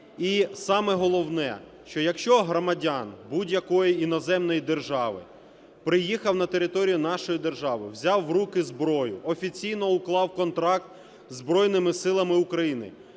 І, саме головне, що якщо громадянин будь-якої іноземної держави приїхав на територію нашої держави, взяв в руки зброю, офіційно уклав контракт із Збройними Силами України,